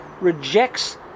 rejects